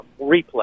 replay